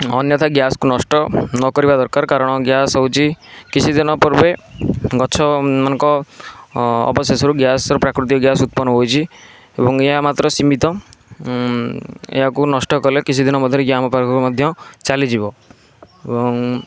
ଅନ୍ୟଥା ଗ୍ୟାସ୍କୁ ନଷ୍ଟ ନକରିବା ଦରକାର କାରଣ ଗ୍ୟାସ୍ ହେଉଛି କିଛିଦିନ ପୂର୍ବେ ଗଛମାନଙ୍କ ଅବଶେଷରୁ ପ୍ରାକୃତିକ ଗ୍ୟାସ୍ ଉତ୍ପର୍ଣ୍ଣ ହେଉଛି ଏବଂ ଏହା ମାତ୍ର ସୀମିତ ଏହାକୁ ନଷ୍ଟ କଲେ କିଛିଦିନ ମଧ୍ୟରେ ଆମମାନଙ୍କ ପାଖରୁ ମଧ୍ୟ ଚାଲିଯିବ ଏବଂ